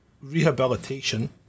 rehabilitation